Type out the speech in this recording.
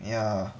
yeah